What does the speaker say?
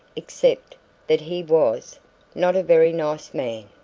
except that he was not a very nice man.